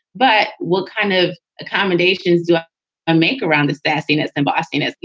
but what kind of accommodations do i and make around this? bassinets embossed in it? you